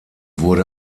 wurde